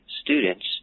students